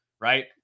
Right